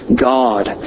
God